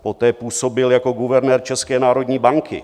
Poté působil jako guvernér České národní banky.